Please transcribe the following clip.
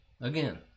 again